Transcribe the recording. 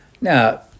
Now